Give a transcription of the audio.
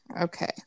Okay